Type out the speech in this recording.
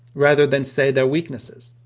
rather than say their weaknesses.